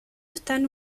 están